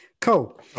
cool